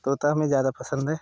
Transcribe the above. तोता हमें ज्यादा पसंद है